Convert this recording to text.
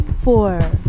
four